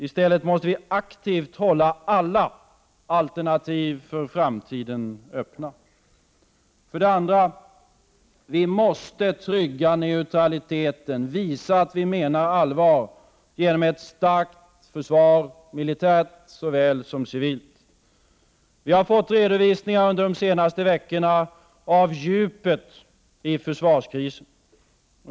I stället måste vi aktivt hålla alla alternativ för framtiden öppna. För det andra: Vi måste trygga neutraliteten, visa att vi menar allvar genom ett starkt försvar, militärt såväl som civilt. Vi har fått redovisningar under de senaste veckorna av djupet i försvarskrisen.